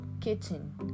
kitchen